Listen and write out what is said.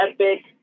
epic